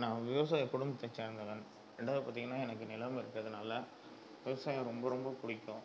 நான் விவசாய குடும்பத்தை சேர்ந்தவன் ரெண்டாவது பார்த்தீங்கன்னா எனக்கு நிலம் இருக்கிறதுனால விவசாயம் ரொம்ப ரொம்ப பிடிக்கும்